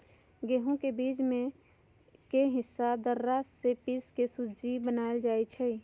गहुम के बीच में के हिस्सा दर्रा से पिसके सुज्ज़ी बनाएल जाइ छइ